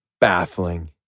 baffling